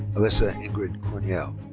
alyssa ingrid corneille.